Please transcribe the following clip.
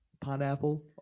Pineapple